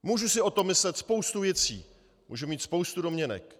Můžu si o tom myslet spoustu věcí, můžu mít spoustu domněnek.